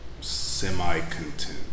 semi-content